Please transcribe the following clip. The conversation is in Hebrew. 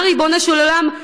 מה, ריבונו של עולם,